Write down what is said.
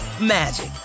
magic